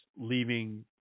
leaving